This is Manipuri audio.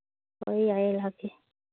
ꯍꯣꯏ ꯌꯥꯏꯌꯦ ꯂꯥꯛꯀꯦ